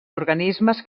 organismes